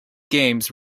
games